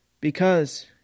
Because